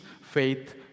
faith